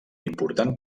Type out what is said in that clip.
important